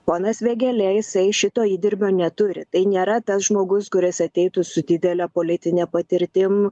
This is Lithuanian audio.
ponas vėgėlė jisai šito įdirbio neturi tai nėra tas žmogus kuris ateitų su didele politine patirtim